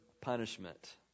punishment